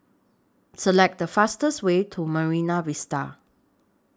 Select The fastest Way to Marine Vista